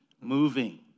moving